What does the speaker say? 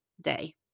day